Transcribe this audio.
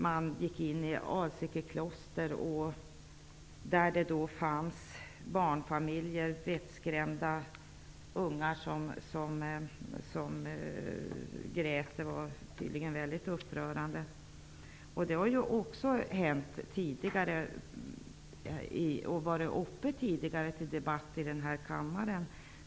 Man gick in i Alsike kloster, där det fanns barnfamiljer med vettskrämda ungar som grät. Det var tydligen väldigt upprörande. Det har hänt tidigare och varit uppe till debatt här i kammaren.